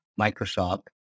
Microsoft